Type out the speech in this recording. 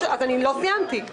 עוד לא סיימתי.